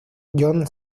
john